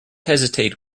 hesitate